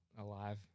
alive